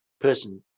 person